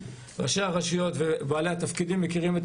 ראשי הרשויות ובעלי התפקידים מכירים את